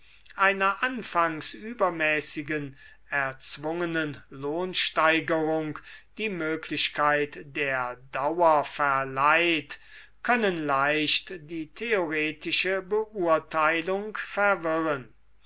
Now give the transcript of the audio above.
einer anfangs übermäßigen erzwungenen lohnsteigerung die möglichkeit der dauer verleiht können leicht die theoretische beurteilung verwirren